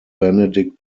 benedict